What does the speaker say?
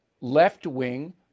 left-wing